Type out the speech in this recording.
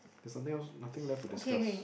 there's something else nothing left to discuss